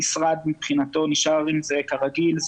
המשרד מבחינתו נשאר עם זה כרגיל.